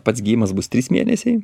pats gijimas bus trys mėnesiai